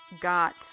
got